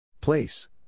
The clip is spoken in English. Place